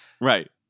right